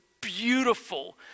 beautiful